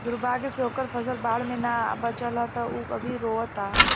दुर्भाग्य से ओकर फसल बाढ़ में ना बाचल ह त उ अभी रोओता